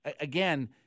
again